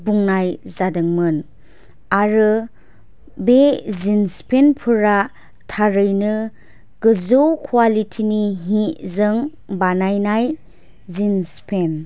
बुंनाय जादोंमोन आरो बे जिन्स पेन्ट फोरा थारैनो गोजौ क्वालिटि नि सिजों बानायनाय जिन्स पेन्ट